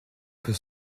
peut